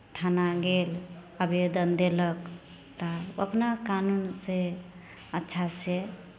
थाना गेल आवेदन देलक तऽ अपना कानूनसँ अच्छासँ